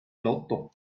lotto